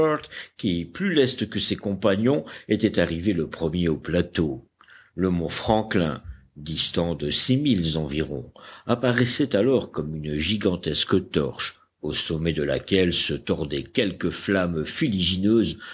qui plus leste que ses compagnons était arrivé le premier au plateau le mont franklin distant de six milles environ apparaissait alors comme une gigantesque torche au sommet de laquelle se tordaient quelques flammes